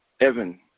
Evan